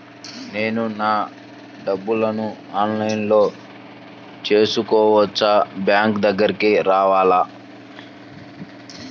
నేను నా డబ్బులను ఆన్లైన్లో చేసుకోవచ్చా? బ్యాంక్ దగ్గరకు రావాలా?